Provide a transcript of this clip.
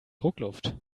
druckluft